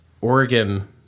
Oregon